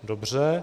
Dobře.